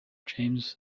james